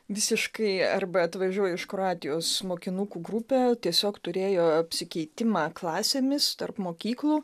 visiškai arba atvažiuoja iš kroatijos mokinukų grupė tiesiog turėjo apsikeitimą klasėmis tarp mokyklų